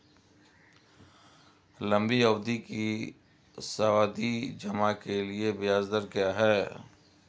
लंबी अवधि के सावधि जमा के लिए ब्याज दर क्या है?